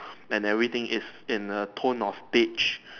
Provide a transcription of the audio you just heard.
and everything is in a tone of page